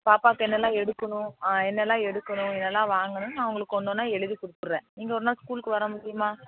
பாப்பாவுக்கு என்னலாம் எடுக்கணும் என்னலாம் எடுக்கணும் என்னலாம் வாங்கணும்னு நான் உங்களுக்கு ஒன்று ஒன்றா எழுதி கொடுக்குறேன் நீங்கள் ஒரு நாள் ஸ்கூலுக்கு வரமுடியுமா